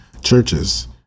churches